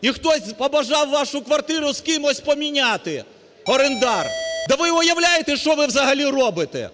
і хтось побажав вашу квартиру з кимось поміняти, орендар, та ви уявляєте, що ви взагалі робите?!